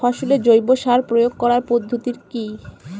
ফসলে জৈব সার প্রয়োগ করার পদ্ধতি কি?